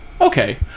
okay